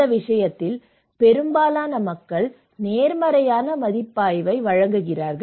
இந்த விஷயத்தில் பெரும்பாலான மக்கள் நேர்மறையான மதிப்பாய்வை வழங்குகிறார்கள்